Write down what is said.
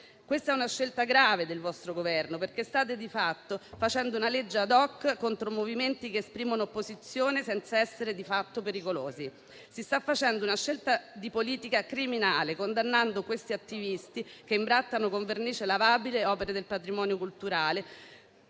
Questa è una scelta grave del vostro Governo, perché state di fatto facendo una legge *ad hoc* contro movimenti che esprimono opposizione, senza essere, di fatto, pericolosi. Si sta facendo una scelta di politica criminale, condannando questi attivisti che imbrattano con vernice lavabile opere del patrimonio culturale